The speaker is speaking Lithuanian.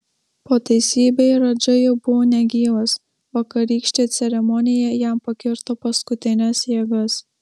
po teisybei radža jau buvo negyvas vakarykštė ceremonija jam pakirto paskutines jėgas